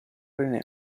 rené